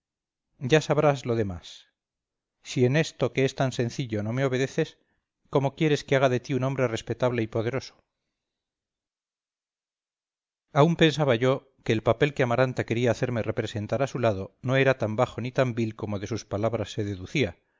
ya sabrás lo demás si en esto que es tan sencillo no me obedeces cómo quieres que haga de ti un hombre respetable y poderoso aún pensaba yo que el papel que amaranta quería hacerme representar a su lado no era tan bajo ni tan vil como de sus palabras se deducía